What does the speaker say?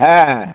हाँ